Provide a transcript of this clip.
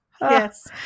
Yes